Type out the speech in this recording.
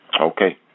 Okay